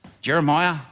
Jeremiah